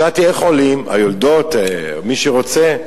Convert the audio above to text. שאלתי: איך עולים, היולדות, מי שרוצה?